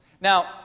Now